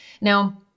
Now